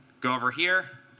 go over here,